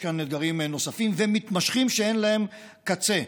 יש כאן אתגרים נוספים ומתמשכים שאין להם קצה: